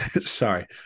sorry